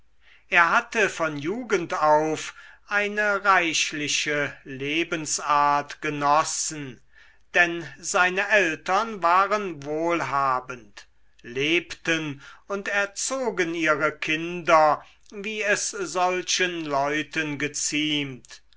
er hatte von jugend auf eine reichliche lebensart genossen denn seine eltern waren wohlhabend lebten und erzogen ihre kinder wie es solchen leuten geziemt